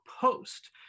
Post